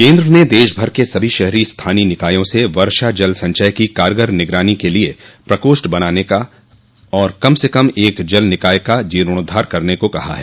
केन्द्र ने देश भर के सभी शहरी स्थानीय निकायों से वर्षा जल संचय की कारगर निगरानी के लिए प्रकोष्ठ बनाने और कम से कम एक जल निकाय का जीर्णोद्वार करने को कहा है